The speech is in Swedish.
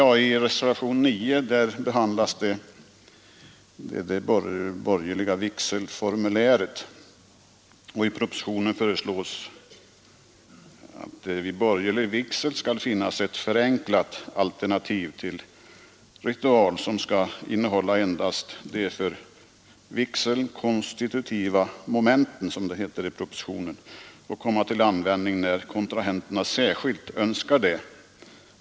I reservationen 9 behandlas det borgerliga vigselformuläret. I propositionen föreslås att vid borgerlig vigsel skall finnas ett förenklat alternativ till ritual som skall innehålla endast de för vigseln konstitutiva momenten, som det heter i propositionen, och komma till användning när kontrahenterna särskilt önskar det.